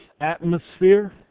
atmosphere